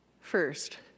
First